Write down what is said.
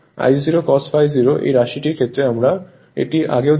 I0 cos ∅ 0 এই রাশিটির ক্ষেত্রে আমরা এটি আগেও দেখেছি